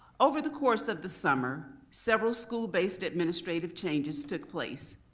over the course of the summer several school-based administrative changes took place.